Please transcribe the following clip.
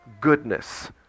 Goodness